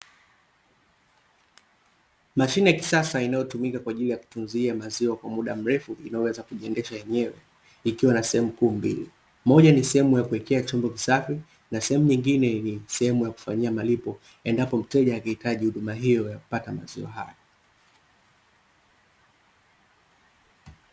Mashine ya kisasa, inayotumika kwa ajili ya kutunzia maziwa kwa muda mrefu inayoweza kujiendesha yenyewe, ikiwa na sehemu kuu mbili. Moja ni sehemu ya kuwekea chombo kisafi na sehemu nyingine ni sehemu ya kufanyia malipo, endapo mteja akihitaji huduma hiyo ya kupata maziwa hayo.